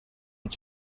und